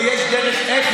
ויש דרך איך